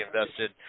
invested